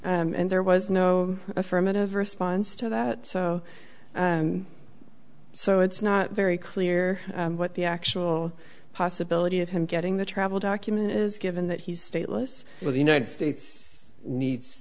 document and there was no affirmative response to that so and so it's not very clear what the actual possibility of him getting the travel document is given that he's stateless but the united states needs